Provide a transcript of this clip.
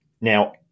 Now